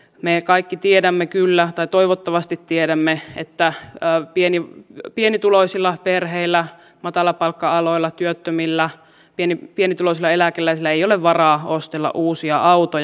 me kaikki tiedämme kyllä tai toivottavasti tiedämme että pienituloisilla perheillä matalapalkka aloilla työttömillä pienituloisilla eläkeläisillä ei ole varaa ostella uusia autoja